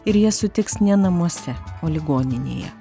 ir jas sutiks ne namuose o ligoninėje